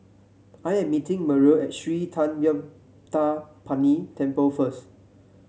I am meeting Merrill at Sri Thendayuthapani Temple first